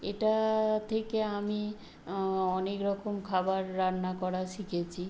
এটা থেকে আমি অনেক রকম খাবার রান্না করা শিখেছি